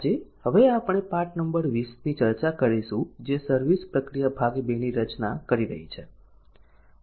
આજે હવે આપણે પાઠ નંબર 20 ની ચર્ચા કરીશું જે સર્વિસ પ્રક્રિયા ભાગ 2 ની રચના કરી રહી છે